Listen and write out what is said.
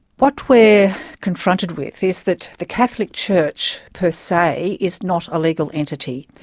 what we're confronted with is that the catholic church per se is not a legal entity.